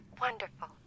Wonderful